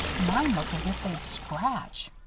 mine look as if they'd scratch.